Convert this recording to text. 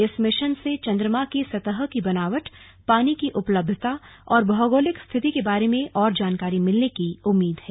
इस मिशन से चन्द्रमा की सतह की बनावट पानी की उपलब्धता और भौगोलिक स्थिति के बारे में और जानकारी मिलने की उम्मीद है